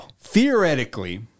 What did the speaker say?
Theoretically